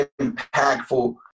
impactful